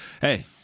hey –